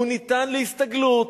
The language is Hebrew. הוא ניתן להסתגלות.